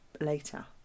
later